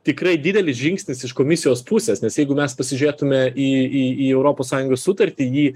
tikrai didelis žingsnis iš komisijos pusės nes jeigu mes pasižiūrėtume į į į europos sąjungos sutartį jį